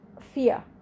fear